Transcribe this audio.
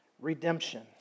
Redemption